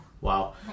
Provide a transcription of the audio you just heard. Wow